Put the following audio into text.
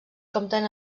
compten